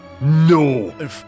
No